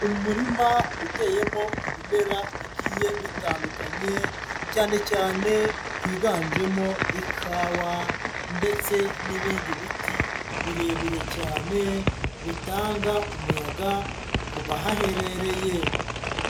Umurima uteyemo ibimera bigiye bitandukanye, cyane cyane higanjemo ikawa ndetse n'ibindi biti birebire cyane, bitanga umuyaga ku bahaherereye.